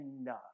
enough